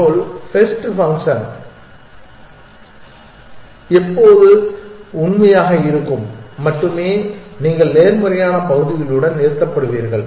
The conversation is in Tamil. கோல் டெஸ்ட் ஃபங்க்ஷன் இப்போது உண்மையாக இருக்கும்போது மட்டுமே நீங்கள் நேர்மறையான பகுதியுடன் நிறுத்தப்படுவீர்கள்